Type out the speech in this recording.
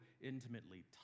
intimately